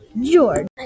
George